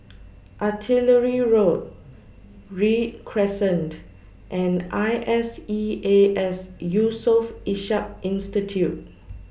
Artillery Road Read Crescent and I S E A S Yusof Ishak Institute